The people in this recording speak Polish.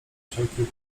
wszelki